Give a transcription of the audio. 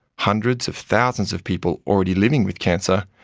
hundreds of thousands of people already living with cancer,